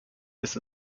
ist